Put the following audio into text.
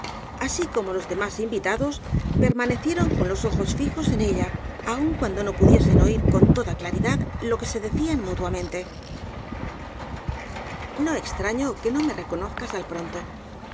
demás convidados permanecieron con los ojos fijos en ella aun cuando no pudiesen oir con toda claridad lo que se decían mutuamente no extraño que no me reconozcas al pronto